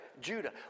Judah